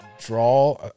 draw